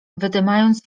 wydymając